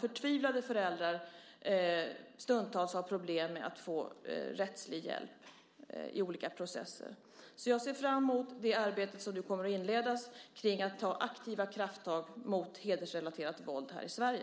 Förtvivlade föräldrar har stundtals problem med att få rättslig hjälp i olika processer. Jag ser därför fram emot det arbete som nu kommer att inledas vad gäller att ta aktiva krafttag mot hedersrelaterat våld i Sverige.